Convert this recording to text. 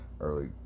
early